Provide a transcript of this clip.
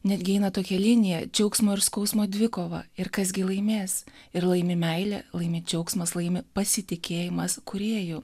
netgi eina tokia linija džiaugsmo ir skausmo dvikova ir kas gi laimės ir laimi meilė laimi džiaugsmas laimi pasitikėjimas kūrėju